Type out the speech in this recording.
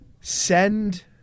send